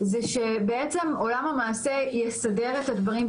זה שבעצם עולם המעשה "יסדר את הדברים",